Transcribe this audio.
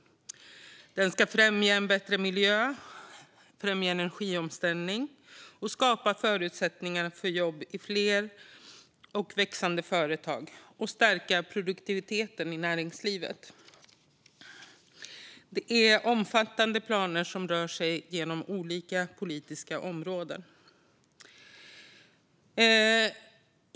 Den ska främja en bättre miljö, främja energiomställning, skapa förutsättningar för jobb i fler och växande företag och stärka produktiviteten i näringslivet. Det handlar om omfattande planer som rör sig över olika politiska områden.